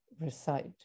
recite